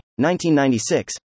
1996